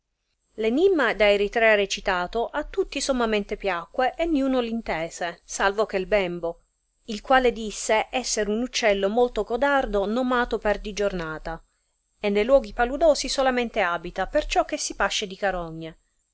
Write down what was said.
enimma da eritrea recitato a tutti sommamente piacque e niuno l intese salvo che bembo il quale disse esser un uccello molto codardo nomato perdigiornata e ne luoghi paludosi solamente abita perciò che si pasce di carogne